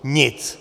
Nic!